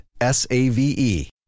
S-A-V-E